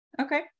Okay